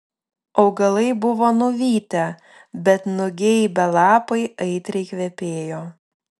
augalai buvo nuvytę bet nugeibę lapai aitriai kvepėjo